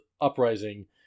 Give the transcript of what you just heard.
Uprising